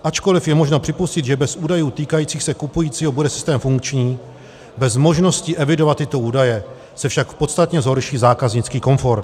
Ačkoliv je možno připustit, že bez údajů týkajících se kupujícího bude systém funkční, bez možnosti evidovat tyto údaje se však podstatně zhorší zákaznický komfort.